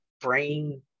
brain